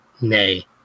nay